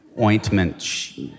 ointment